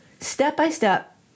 step-by-step